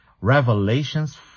Revelation's